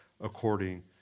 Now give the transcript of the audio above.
according